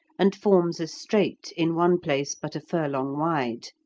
and forms a strait in one place but a furlong wide.